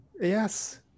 Yes